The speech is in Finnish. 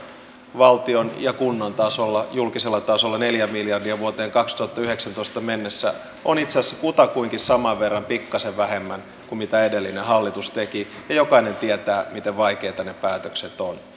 valtion ja kunnan tasolla julkisella tasolla neljä miljardia vuoteen kaksituhattayhdeksäntoista mennessä ovat itse asiassa kutakuinkin saman verran pikkasen vähemmän kuin mitä edellinen hallitus teki ja jokainen tietää miten vaikeita ne päätökset ovat